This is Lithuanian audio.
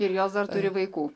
ir jos dar turi vaikų